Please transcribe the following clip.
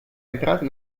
entrata